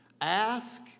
Ask